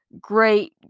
Great